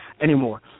anymore